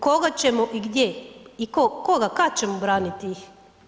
Koga ćemo i gdje, koga, kad ćemo braniti ih?